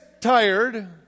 tired